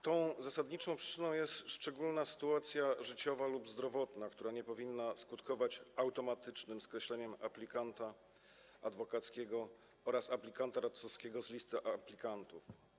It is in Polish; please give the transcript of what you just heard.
Tą zasadniczą przyczyną jest szczególna sytuacja życiowa lub zdrowotna, która nie powinna skutkować automatycznym skreśleniem aplikanta adwokackiego oraz aplikanta radcowskiego z listy aplikantów.